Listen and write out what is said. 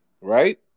right